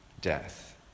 death